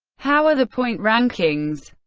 how are the point rankings?